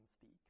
speak